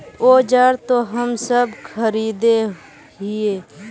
औजार तो हम सब खरीदे हीये?